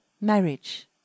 Marriage